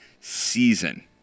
season